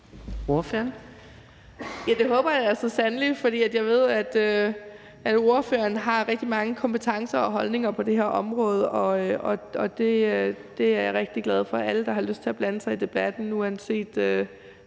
Det håber jeg så sandelig, for jeg ved, at ordføreren har rigtig mange kompetencer og holdninger på det her område, og det er jeg rigtig glad for. At alle, der har lyst til at blande sig i debatten, uanset